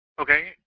Okay